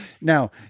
Now